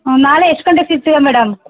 ಊಂ ನಾಳೆ ಎಷ್ಟು ಗಂಟೆಗೆ ಸಿಗ್ತೀರ ಮೇಡಮ್